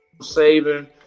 saving